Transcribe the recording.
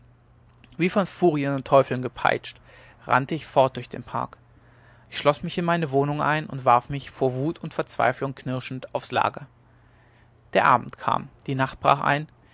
wie von furien und teufeln gepeitscht rannte ich fort durch den park ich schloß mich in meine wohnung ein und warf mich vor wut und verzweiflung knirschend aufs lager der abend kam die nacht brach ein